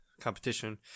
competition